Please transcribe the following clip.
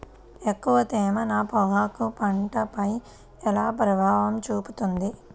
ఎక్కువ తేమ నా పొగాకు పంటపై ఎలా ప్రభావం చూపుతుంది?